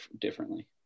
differently